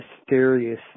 mysterious